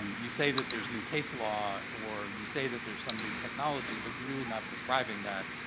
you say that there's new case law or you say that there's some new technology but you're really not describing that.